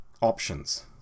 options